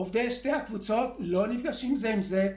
עובדי שתי הקבוצות לא נפגשים זה עם זה.